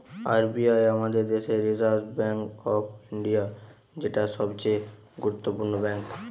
R B I আমাদের দেশের reserve bank of India, যেটা সবচে গুরুত্বপূর্ণ ব্যাঙ্ক